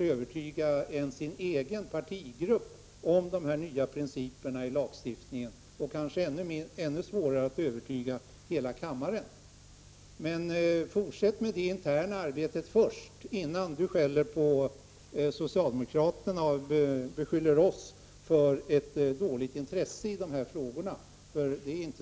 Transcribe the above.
övertyga t.o.m. sin egen partigrupp om att sådana här nya principer i lagstiftningen behövs. Kanske blir det ännu svårare för henne att övertyga kammarens ledamöter på den punkten. Jag vill uppmana Charlotte Cederschiöld att fortsätta med det interna arbetet till att börja med innan hon skäller på oss socialdemokrater och beskyller oss för att ha ett ringa intresse för de här frågorna — så är det ju inte!